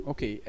Okay